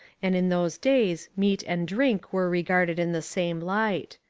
and in those days meat and drink were regarded in the same light.